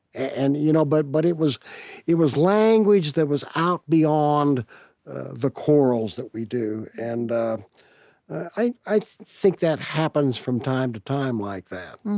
and you know but but it was it was language that was out beyond the quarrels that we do. and ah i i think that happens from time to time like that